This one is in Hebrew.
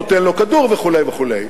נותן לו כדור וכו' וכו'.